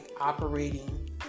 operating